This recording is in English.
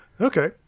Okay